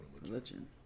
religion